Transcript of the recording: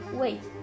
Wait